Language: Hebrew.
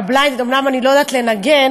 וה-Blind, אומנם אני לא יודעת לנגן,